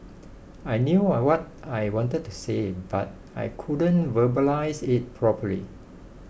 I knew I what I wanted to say but I couldn't verbalise it properly